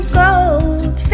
gold